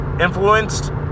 influenced